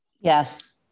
Yes